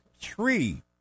three